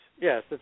yes